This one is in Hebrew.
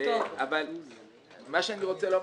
אבל מה שאני רוצה לומר,